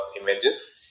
images